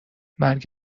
مرگ